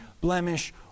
blemish